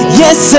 yes